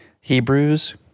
Hebrews